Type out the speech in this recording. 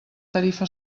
tarifa